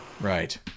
Right